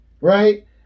Right